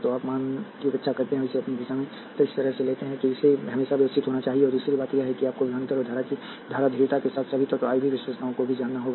तो आप मान की उपेक्षा करते हैं और इसे अपनी दिशा में इस तरह से लेते हैं कि इसे हमेशा व्यवस्थित होना चाहिए और दूसरी बात यह है कि आपको विभवांतर और धारा की धारा ध्रुवीयता के साथ सभी तत्व I V विशेषताओं को भी जानना होगा